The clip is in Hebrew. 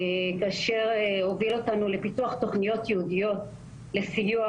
מה שהוביל אותנו לפיתוח תוכניות ייעודיות לסיוע